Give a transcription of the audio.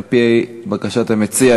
על-פי בקשת המציע,